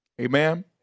Amen